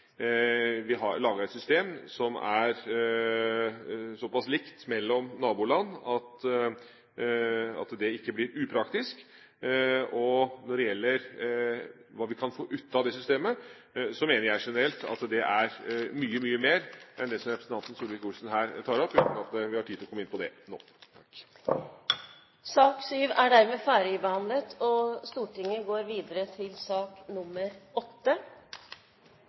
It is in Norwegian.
vi vært opptatt av også å ha en tett dialog med EU for å sørge for å lage et system som er såpass likt mellom naboland at det ikke blir upraktisk. Og når det gjelder hva vi kan få ut av det systemet, mener jeg generelt at det er mye, mye mer enn det representanten Solvik-Olsen her tar opp, uten at jeg har tid til å komme inn på det nå. Sak nr. 7 er dermed ferdigbehandlet.